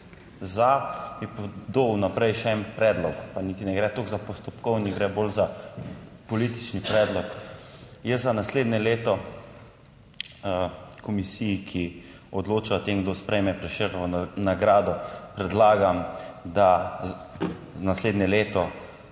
za, bi dal v naprej še en predlog, pa niti ne gre toliko za postopkovni, gre bolj za politični predlog. Jaz za naslednje leto komisiji, ki odloča o tem, kdo sprejme Prešernovo nagrado, predlagam, da za naslednje leto